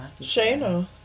Shayna